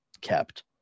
kept